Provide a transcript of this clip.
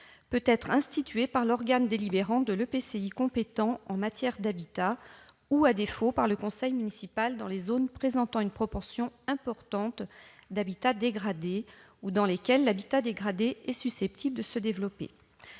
peut être instituée par l'organe délibérant de l'EPCI compétent en matière d'habitat ou, à défaut, par le conseil municipal dans les zones présentant une proportion importante d'habitat dégradé ou dans lesquelles l'habitat dégradé est susceptible de se développer.